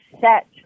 set